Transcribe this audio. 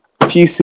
PC